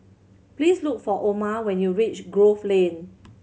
please look for Omer when you reach Grove Lane